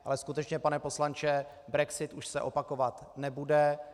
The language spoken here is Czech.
Ale skutečně, pane poslanče, brexit už se opakovat nebude.